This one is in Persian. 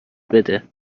بده